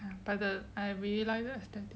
but the I realise the aesthetic